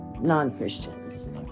non-Christians